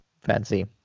Fancy